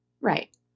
Right